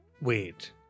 Wait